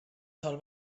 sol